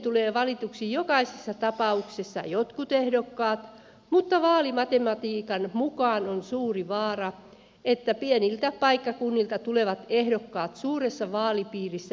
aina tietenkin jokaisessa tapauksessa tulevat valituiksi jotkut ehdokkaat mutta vaalimatematiikan mukaan on suuri vaara että pieniltä paikkakunnilta tulevat ehdokkaat jäävät tappiolle suuressa vaalipiirissä